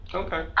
okay